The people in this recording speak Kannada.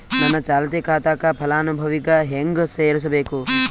ನನ್ನ ಚಾಲತಿ ಖಾತಾಕ ಫಲಾನುಭವಿಗ ಹೆಂಗ್ ಸೇರಸಬೇಕು?